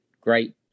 great